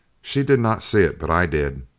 she did not see it, but i did.